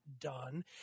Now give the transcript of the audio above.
done